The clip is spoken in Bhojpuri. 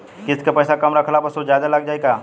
किश्त के पैसा कम रखला पर सूद जादे लाग जायी का?